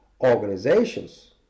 organizations